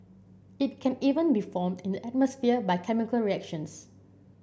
it can even be formed in the atmosphere by chemical reactions